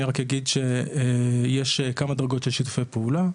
אני רק אגיד שיש כמה דרגות של שיתופי פעולה.